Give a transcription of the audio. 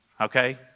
okay